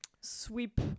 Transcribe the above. sweep